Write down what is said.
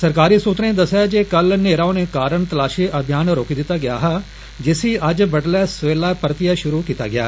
सरकारी सूत्रे दस्सेआ ऐ जे कल न्हेरा होने कारण तलाषी अभियान रोकी दित्ता गेआ हा जिसी अज्ज बडलै सवेला परतियै षुरू कीता गेआ